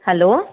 hello